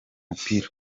mupira